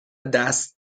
دست